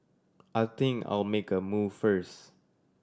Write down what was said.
I think I'll make a move first